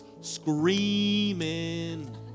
screaming